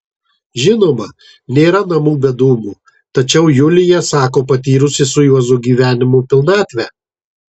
žinoma nėra namų be dūmų tačiau julija sako patyrusi su juozu gyvenimo pilnatvę